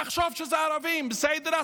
תחשוב שזה ערבים, בסדר?